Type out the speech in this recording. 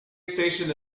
station